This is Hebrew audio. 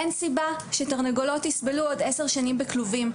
אין סיבה שתרנגולות יסבלו עוד עשר שנים בכלובים.